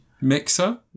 Mixer